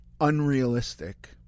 unrealistic